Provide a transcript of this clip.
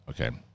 Okay